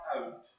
out